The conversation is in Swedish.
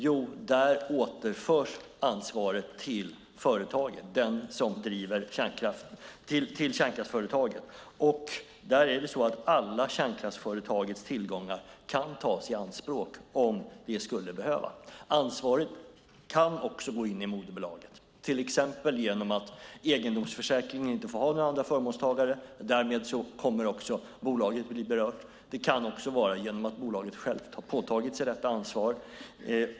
Jo, där återförs ansvaret till kärnkraftsföretagen. Där kan alla kärnkraftsföretagets tillgångar tas i anspråk om det skulle behövas. Ansvaret kan också gå in i moderbolaget, till exempel genom att egendomsförsäkringen inte får ha några andra förmånstagare. Därmed kommer också bolaget att bli berört. Det kan också vara genom att bolaget självt har påtagit sig detta ansvar.